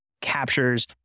captures